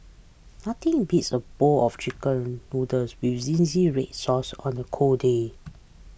nothing beats a bowl of Chicken Noodles with Zingy Red Sauce on a cold day